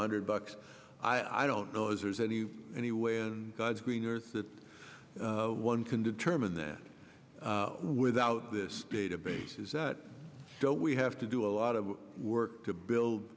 hundred bucks i don't know if there's any any way and god's green earth that one can determine that without this database so we have to do a lot of work to build